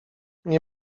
nie